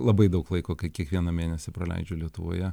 labai daug laiko kai kiekvieną mėnesį praleidžiu lietuvoje